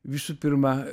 visų pirma